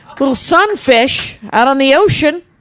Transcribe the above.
little sunfish, out on the ocean!